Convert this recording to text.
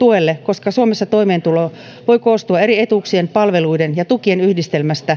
tuelle koska suomessa toimeentulo voi koostua eri etuuksien palveluiden ja tukien yhdistelmästä